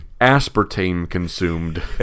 Aspartame-consumed